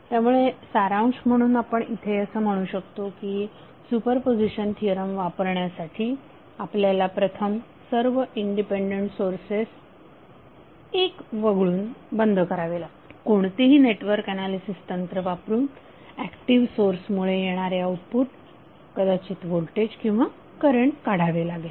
त्यामुळे सारांश म्हणून आपण असे म्हणू शकतो की सुपरपोझिशन थिअरम वापरण्यासाठी आपल्याला प्रथम सर्व इंडिपेंडेंट सोर्सेस एक वगळता बंद करावे लागतील कोणतेही नेटवर्क ऍनालिसिस तंत्र वापरून ऍक्टिव्ह सोर्स मुळे येणारे आउटपुट कदाचित व्होल्टेज किंवा करंट काढावे लागेल